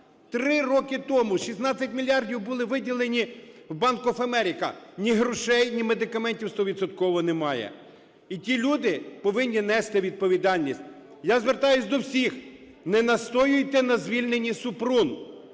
Три роки тому 16 мільярдів були виділені в Bank of America – ні грошей, ні медикаментів стовідсотково немає. І ті люди повинні нести відповідальність. Я звертаюсь до всіх: не настоюйте на звільненні Супрун.